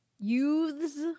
Youths